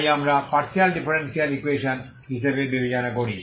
তাই আমরা partial differential equation হিসাবে বিবেচনা করি